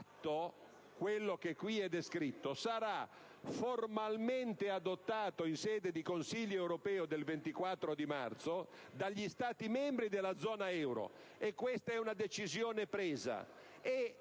quello che qui è descritto - «sarà formalmente adottato in sede di Consiglio europeo del 24 marzo dagli Stati membri della zona euro» - e questa è una decisione presa